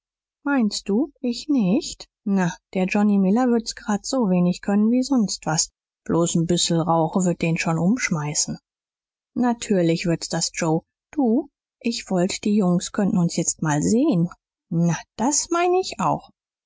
meinst du ich nicht na der johnny miller würd's grad so wenig können wie sonst was bloß n bissel rauch würd den schon umschmeißen natürlich würd's das joe du ich wollt die jungens könnten uns jetzt mal sehen na das mein ich auch